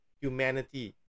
humanity